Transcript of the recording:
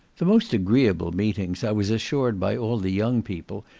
the most agreeable meetings, i was assured by all the young people,